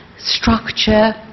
structure